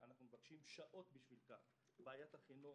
ואנחנו מבקשים שעות בשבילך כך בעיית החינוך